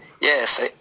Yes